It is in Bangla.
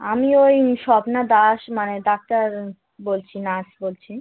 আমি ওই স্বপ্না দাস মানে ডাক্তার বলছি নার্স বলছি